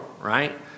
Right